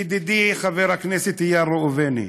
ידידי חבר הכנסת איל בו ראובן,